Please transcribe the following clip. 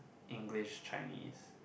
English Chinese